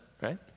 right